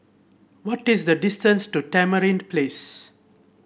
what is the distance to Tamarind Place